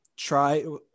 Try